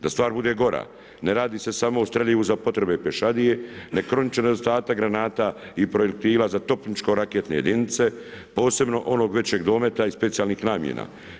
Da stvar bude gora, ne radi se samo o streljivu za potrebe pješadije nego kronični nedostatak granata i projektila za topničko raketne jedinice, posebno onog većeg dometa i specijalnih namjena.